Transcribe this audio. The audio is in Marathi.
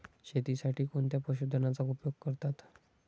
शेतीसाठी कोणत्या पशुधनाचा उपयोग करतात?